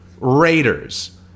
Raiders